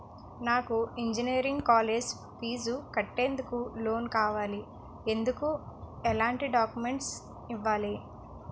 నాకు engineering college fees కట్టేందుకు loan కావాలి, ఎందుకు ఎలాంటి డాక్యుమెంట్స్ ఇవ్వాలి?